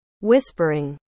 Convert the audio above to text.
Whispering